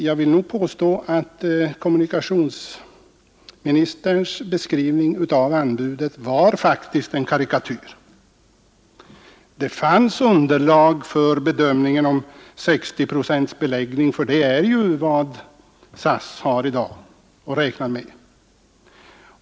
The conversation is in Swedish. Jag vill nog påstå att kommunikationsministerns beskrivning av anbudet faktiskt var en karikatyr. Det fanns underlag för bedömningen om 60 procents beläggning — det är ju vad SAS räknar med i dag.